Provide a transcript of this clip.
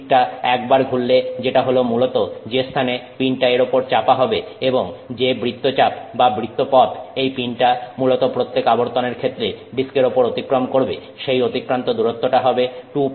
ডিস্কটা একবার ঘুরলে যেটা হলো মূলত যে স্থানে পিনটা এর উপর চাপা হবে এবং যে বৃত্তচাপ বা বৃত্তপথ এই পিনটা মূলত প্রত্যেক আবর্তনের ক্ষেত্রে ডিস্কের উপর অতিক্রম করবে সেই অতিক্রান্ত দূরত্বটা হবে 2πr